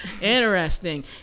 Interesting